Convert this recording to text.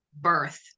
birth